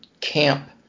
camp